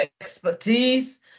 expertise